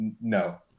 no